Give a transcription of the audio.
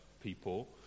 people